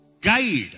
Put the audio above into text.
guide